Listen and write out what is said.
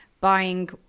buying